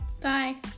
Bye